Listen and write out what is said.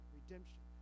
redemption